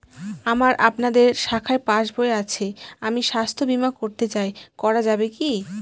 আমার আপনাদের শাখায় পাসবই আছে আমি স্বাস্থ্য বিমা করতে চাই করা যাবে কি?